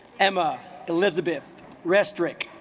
emma elizabeth rest rick